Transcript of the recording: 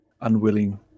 unwilling